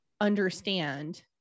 understand